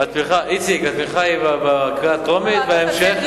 איציק, התמיכה היא בקריאה הטרומית, וההמשך?